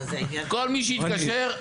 כל מי שהתקשר,